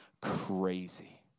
crazy